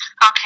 Okay